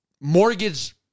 mortgage